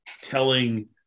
telling